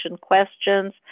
questions